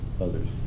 others